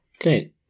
Okay